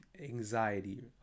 anxiety